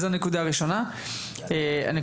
אין